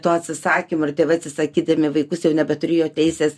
to atsisakymo ir tėvai atsisakydami vaikus jau nebeturėjo teisės